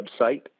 website